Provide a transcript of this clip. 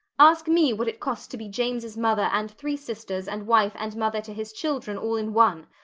ask me what it costs to be james's mother and three sisters and wife and mother to his children all in one.